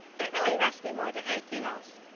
it really rests me more than anything else,